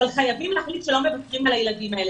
אבל חייבים להחליט שלא מוותרים על הילדים האלה.